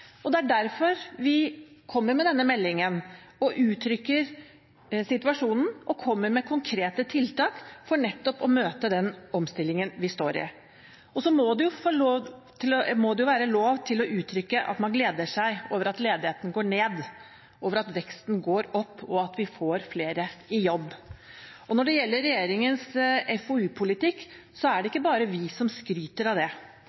det. Det er derfor vi kommer med denne meldingen og uttrykker situasjonen og kommer med konkrete tiltak for nettopp å møte den omstillingen vi står i. Så må det være lov til å uttrykke at man gleder seg over at ledigheten går ned, at veksten går opp, og at vi får flere i jobb. Når det gjelder regjeringens FoU-politikk, er det ikke bare vi som skryter av